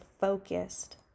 focused